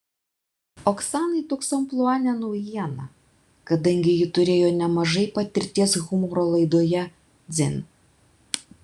oksanai toks amplua ne naujiena kadangi ji turėjo nemažai patirties humoro laidoje dzin